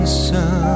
sun